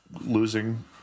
losing